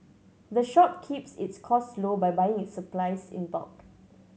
the shop keeps its cost low by buying its supplies in bulk